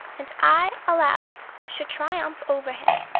and i aloud should triumph over him,